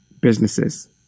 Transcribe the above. businesses